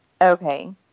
Okay